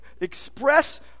express